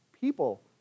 people